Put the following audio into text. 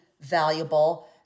valuable